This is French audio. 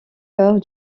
heures